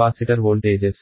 వరకు వెళ్తుంది